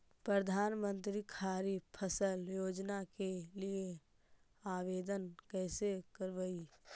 प्रधानमंत्री खारिफ फ़सल योजना के लिए आवेदन कैसे करबइ?